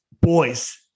Boys